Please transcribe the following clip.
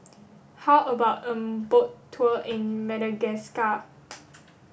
how about a boat tour in Madagascar